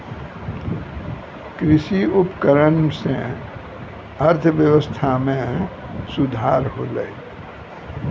कृषि उपकरण सें अर्थव्यवस्था में सुधार होलय